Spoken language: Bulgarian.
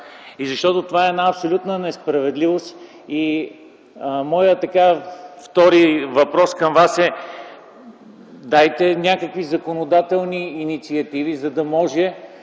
защото това е една абсолютна несправедливост. Моят втори въпрос към Вас е: дайте някакви законодателни инициативи, за да може